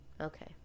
Okay